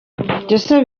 byose